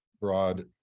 broad